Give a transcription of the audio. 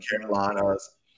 Carolinas